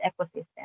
ecosystem